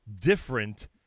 different